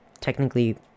technically